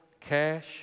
cash